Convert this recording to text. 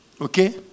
Okay